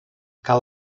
cal